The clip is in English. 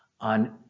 on